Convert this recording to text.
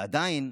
ועדיין,